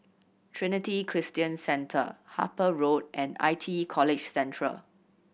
Trinity Christian Centre Harper Road and I T E College Central